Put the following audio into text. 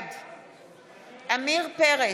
בעד עמיר פרץ,